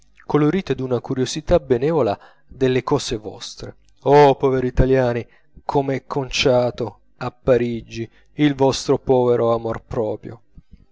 colorite d'una curiosità benevola delle cose vostre oh poveri italiani com'è conciato a parigi il vostro povero amor proprio